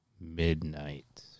Midnight